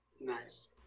Nice